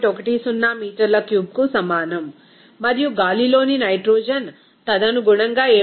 10 మీటర్ల క్యూబ్కు సమానం మరియు గాలిలోని నైట్రోజన్ తదనుగుణంగా 7